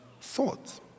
thoughts